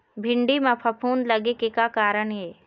भिंडी म फफूंद लगे के का कारण ये?